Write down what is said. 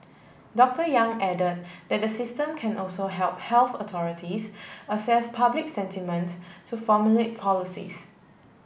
Doctor Yang added that the system can also help health authorities assess public sentiment to formulate policies